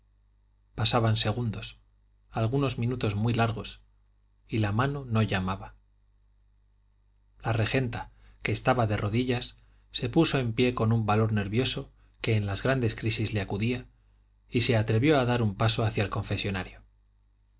pasaban segundos algunos minutos muy largos y la mano no llamaba la regenta que estaba de rodillas se puso en pie con un valor nervioso que en las grandes crisis le acudía y se atrevió a dar un paso hacia el confesonario